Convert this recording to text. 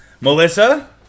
Melissa